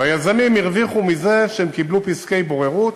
והיזמים הרוויחו מזה שהם קיבלו פסקי בוררות